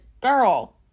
girl